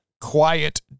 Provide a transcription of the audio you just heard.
quiet